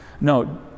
No